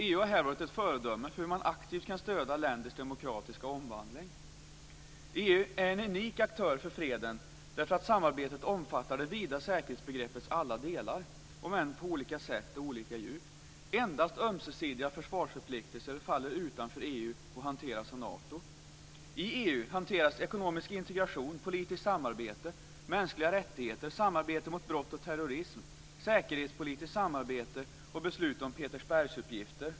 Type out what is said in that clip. EU har här varit ett föredöme för hur man aktivt kan stödja länders demokratiska omvandling. EU är en unik aktör för freden därför att samarbetet omfattar det vida säkerhetsbegreppets alla delar om än på olika sätt och på olika djup. Endast ömsesidiga försvarsförpliktelser faller utanför EU och hanteras av Nato. I EU hanteras ekonomisk integration, politiskt samarbete, mänskliga rättigheter, samarbete mot brott och terrorism, säkerhetspolitiskt samarbete och beslut om Petersbergsuppgifter.